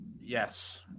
Yes